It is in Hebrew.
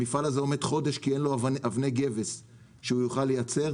המפעל הזה עומד חודש כי אין לו אבני גבס שהוא יוכל לייצר.